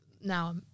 now